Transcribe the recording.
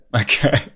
Okay